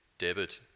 David